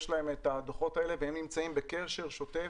יש להם את הדוחות האלה והם נמצאים בקשר שוטף